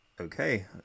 Okay